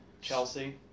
Chelsea